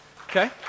Okay